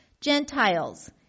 Gentiles